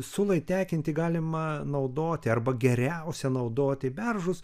sulai tekinti galima naudoti arba geriausia naudoti beržus